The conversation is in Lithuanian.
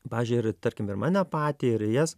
pavyžiui ir tarkim ir mane patį ir jas